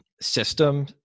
system